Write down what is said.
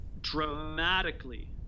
dramatically